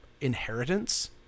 inheritance